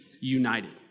united